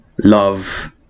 Love